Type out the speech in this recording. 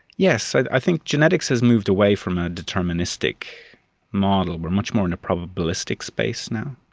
yes. i think genetics has moved away from a deterministic model. we are much more in a probabilistic space now.